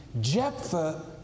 Jephthah